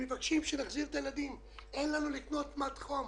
ומבקשים שנחזיר את הילדים למוסדות החינוך.